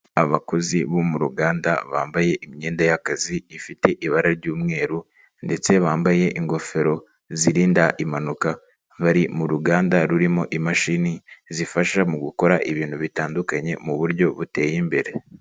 Abakozi bo muru ruganda bambaye imyenda y'akazi ifite ibara ry'umweru ndetse bambaye ingofero zirinda impanuka bari mu ruganda rurimo imashini zifasha mu gukora ibintu bitandukanye mu buryo buteye imbere.